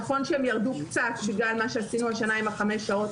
נכון שהם ירדו קצת בגלל מה שעשינו השנה עם החמש שעות.